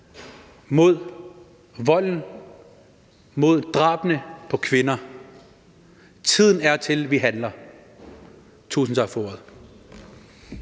mod volden og drabene på kvinder. Tiden er til, at vi handler. Tusind tak for ordet.